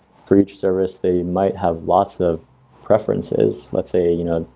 for each service, they might have lots of preferences. let's say, you know,